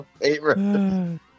favorite